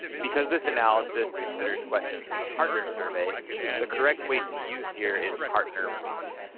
because this analysis considers questions from the partner survey the correct weight to use here is partner weight.